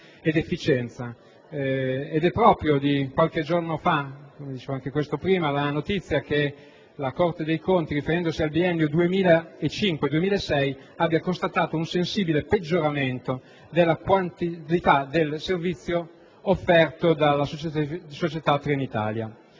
ed efficienza. È proprio di qualche giorno fa la notizia che la Corte dei conti, riferendosi al biennio 2005-2006, abbia constatato un sensibile peggioramento della qualità del servizio offerto dalla società Trenitalia